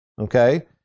okay